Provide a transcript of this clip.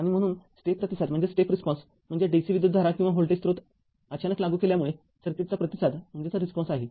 आणि म्हणूनस्टेप प्रतिसाद म्हणजे dc विद्युतधारा किंवा व्होल्टेज स्रोत अचानक लागू केल्यामुळे सर्किटचा प्रतिसाद आहे